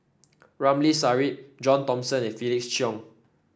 Ramli Sarip John Thomson and Felix Cheong